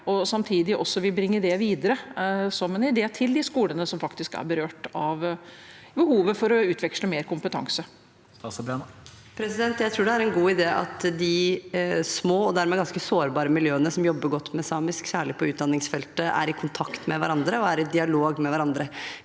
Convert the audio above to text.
hun samtidig også bringe det videre som en idé til de skolene som faktisk er berørt av behovet for å utveksle mer kompetanse? Statsråd Tonje Brenna Jeg tror det er en god idé at de små, og dermed ganske sårbare, miljøene som jobber godt med samisk, særlig på utdanningsfeltet, er i kontakt med hverandre og er i dialog med hverandre.